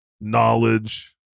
knowledge